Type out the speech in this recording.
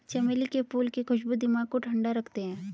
चमेली के फूल की खुशबू दिमाग को ठंडा रखते हैं